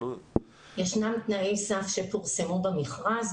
יש תנאי סף שפורסמו במכרז.